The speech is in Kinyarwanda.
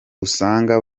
usanga